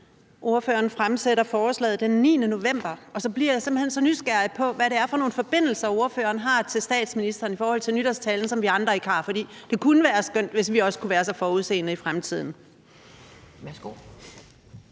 ordføreren fremsatte forslaget den 9. november 2021, og så bliver jeg simpelt hen så nysgerrig på, hvad det er for nogle forbindelser, ordføreren har til statsministeren, i forhold til nytårstalen, som vi andre ikke har, for det kunne være skønt, hvis vi også kunne være så forudseende i fremtiden.